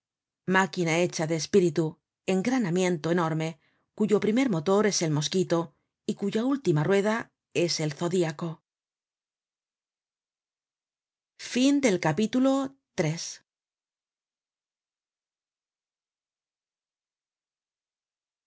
máquina hecha de espíritu engranamiento enorme cuyo primer motor es el mosquito y cuya última rueda es el zodiaco content from